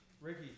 Ricky